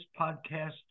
podcast